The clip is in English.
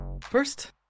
First